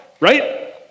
right